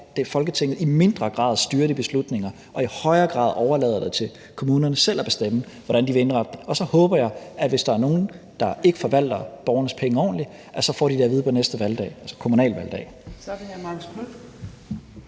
Folketinget i mindre grad styrer de beslutninger og i højere grad overlader det til kommunerne selv at bestemme, hvordan de vil indrette det, og så håber jeg, at hvis der er nogen, der ikke forvalter borgernes penge ordentligt, får de det at vide på næste kommunalvalgdag. Kl. 17:25 Fjerde